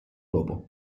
dopo